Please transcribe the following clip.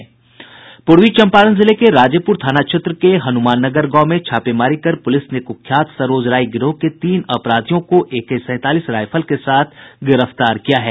पूर्वी चंपारण जिले के राजेपूर थाना क्षेत्र के हनुमान नगर गांव में छापेमारी कर पुलिस ने कुख्यात सरोज राय गिरोह के तीन अपराधियों को एके सैंतालीस राईफल के साथ गिरफ्तार किया है